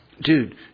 dude